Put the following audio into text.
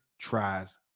tries